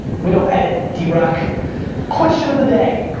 we don't edit, drock. question of the day,